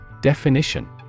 Definition